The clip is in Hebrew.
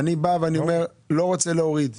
אני לא יודע להגיד על השכר של כל הדיינים.